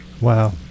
Wow